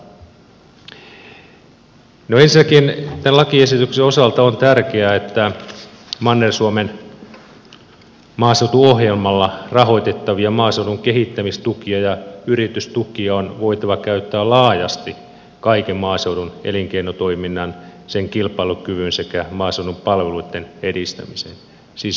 ensinnäkin tämän lakiesityksen osalta on tärkeää että manner suomen maaseutuohjelmalla rahoitettavia maaseudun kehittämistukia ja yritystukia on voitava käyttää laajasti kaiken maaseudun elinkeinotoiminnan sen kilpailukyvyn sekä maaseudun palveluitten edistämiseen siis hyvin laajasti